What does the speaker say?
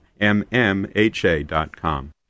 mmha.com